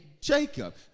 Jacob